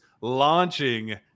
Launching